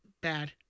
Bad